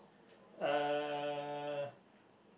uh